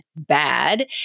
bad